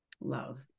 Love